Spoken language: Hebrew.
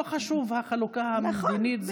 לא חשוב החלוקה המדינית.